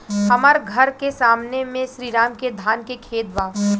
हमर घर के सामने में श्री राम के धान के खेत बा